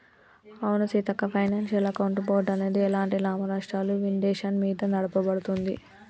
అవును Seethakka financial account board అనేది ఎలాంటి లాభనష్టాలు విండేషన్ మీద నడపబడుతుంది